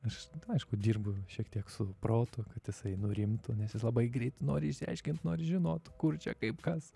aš aišku dirbu šiek tiek su protu kad jisai nurimtų nes jis labai greit nori išsiaiškint nori žinot kur čia kaip kas